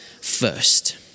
first